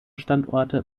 standorte